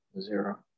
Zero